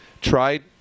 tried